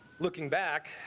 looking back,